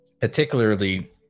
particularly